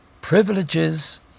privileges